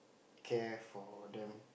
care for them